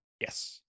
Yes